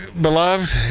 Beloved